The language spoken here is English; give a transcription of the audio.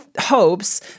hopes